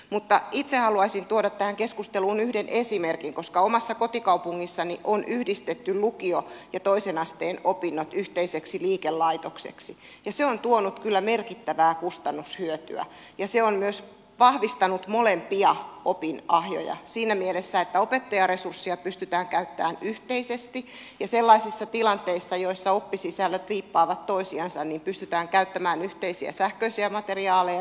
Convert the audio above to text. mutta itse haluaisin tuoda tähän keskusteluun yhden esimerkin koska omassa kotikaupungissani on yhdistetty lukio ja toisen asteen opinnot yhteiseksi liikelaitokseksi ja se on tuonut kyllä merkittävää kustannushyötyä ja on myös vahvistanut molempia opinahjoja siinä mielessä että opettajaresursseja pystytään käyttämään yhteisesti ja sellaisissa tilanteissa joissa oppisisällöt liippaavat toisiansa pystytään käyttämään yhteisiä sähköisiä materiaaleja ja kursseja